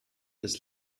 des